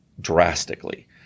drastically